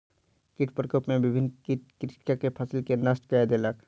कीट प्रकोप में विभिन्न कीट कृषकक फसिल के नष्ट कय देलक